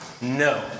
No